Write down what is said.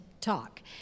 talk